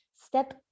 step